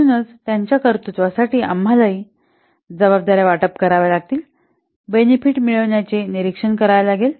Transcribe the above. म्हणूनच त्यांच्या कर्तृत्वासाठी आम्हालाही जबाबदाऱ्या वाटप कराव्या लागतील बेनेफिट मिळविण्याचे निरीक्षण करा